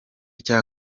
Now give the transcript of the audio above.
cya